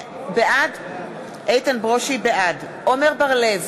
בעד עמר בר-לב,